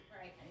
right